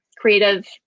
creative